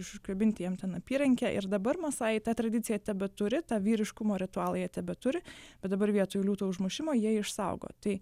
užkabinti jam ten apyrankę ir dabar masajai tą tradiciją tebeturi tą vyriškumo ritualą jie tebeturi bet dabar vietoj liūto užmušimo jie išsaugo tai